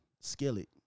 skillet